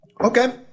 Okay